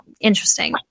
interesting